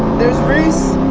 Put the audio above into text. there's reese.